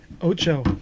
Ocho